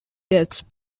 deaths